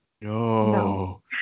No